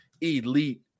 elite